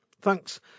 Thanks